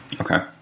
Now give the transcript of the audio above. Okay